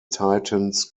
titans